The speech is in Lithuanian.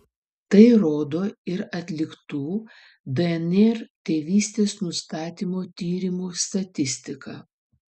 tai rodo ir atliktų dnr tėvystės nustatymo tyrimų statistika